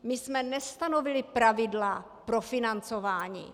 My jsme nestanovili pravidla pro financování.